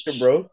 bro